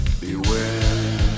beware